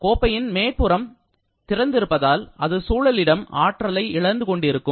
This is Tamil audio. கோப்பையின் மேற்பக்கம் திறந்திருப்பதால் அது சூழலிடம் ஆற்றலை இழந்து கொண்டிருக்கும்